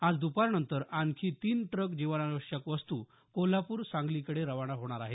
आज दुपारनंतर आणखी तीन ट्रक जीवनावश्यक वस्तू कोल्हापूर सांगलीकडे रवाना होणार आहेत